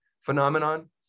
phenomenon